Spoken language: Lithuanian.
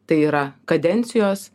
tai yra kadencijos